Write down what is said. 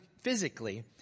physically